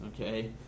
okay